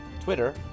Twitter